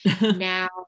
now